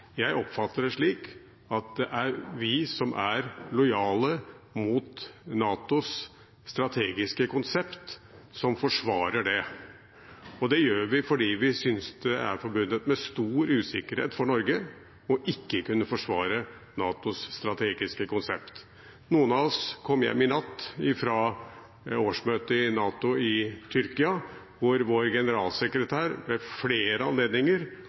Jeg oppfatter det slik at det er vi som er lojale mot NATOs strategiske konsept, som forsvarer det. Og det gjør vi fordi vi synes det er forbundet med stor usikkerhet for Norge ikke å kunne forsvare NATOs strategiske konsept. Noen av oss kom hjem i natt fra årsmøtet i NATO i Tyrkia, hvor vår generalsekretær ved flere anledninger